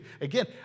Again